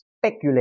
speculate